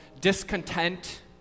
discontent